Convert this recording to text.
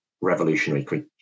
revolutionary